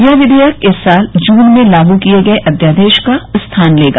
यह विधेयक इस साल जून में लागू किए गए अध्यादेश का स्थान लेगा